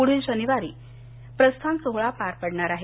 पुढील शनिवारी प्रस्थान सोहोळा पार पडणार आहे